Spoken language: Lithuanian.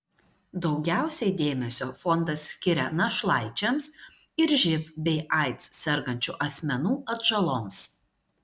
daugiausiai dėmesio fondas skiria našlaičiams ir živ bei aids sergančių asmenų atžaloms